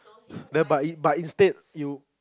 no but in but instead you